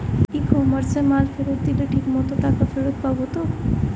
ই কমার্সে মাল ফেরত দিলে ঠিক মতো টাকা ফেরত পাব তো?